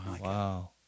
Wow